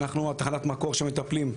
כי אנחנו תחנת מקורת שמטפלים.